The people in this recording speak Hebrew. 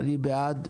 אני בעד.